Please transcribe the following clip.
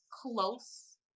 close